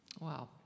Wow